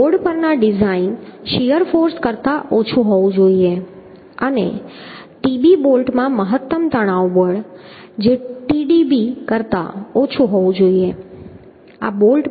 તે બોર્ડ પરના design shear force કરતાં ઓછું હોવું જોઈએ અને Tb બોલ્ટમાં મહત્તમ તણાવ બળ જે Tdb કરતા ઓછું હોવું જોઈએ